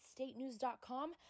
statenews.com